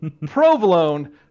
provolone